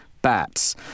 bats